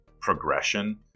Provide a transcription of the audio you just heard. progression